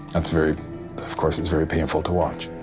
that's very of course, it's very painful to watch.